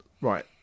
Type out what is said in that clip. Right